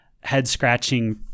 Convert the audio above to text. head-scratching